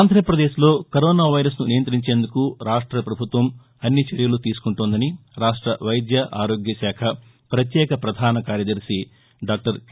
ఆంధ్రప్రదేశ్లో corona virus నియంతించేందుకు రాష్ట్ర ప్రభుత్వం అన్ని చర్యలు తీసుకుంటోందని రాష్ట వైద్య ఆరోగ్య శాఖ ప్రత్యేక ప్రధాన కార్యదర్శి డాక్షర్ కె